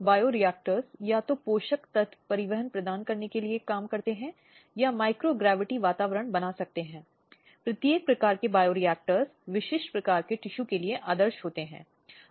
मौखिक या भावनात्मक दुर्व्यवहार जिसमें किसी भी अपमान उपहास करके अपमान करना नाम बुलाना आदि अपमान या उपहास शामिल है कि कोई बच्चा या लड़का नहीं है जो कि बहुत से भारतीय घरों में बहुत आम है जहां एक महिला गर्भ धारण करने में असमर्थ है